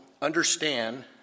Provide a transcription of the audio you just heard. Understand